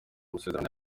amasezerano